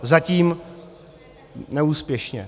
Zatím neúspěšně.